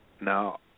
Now